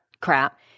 crap